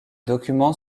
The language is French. documents